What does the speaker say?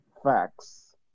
Facts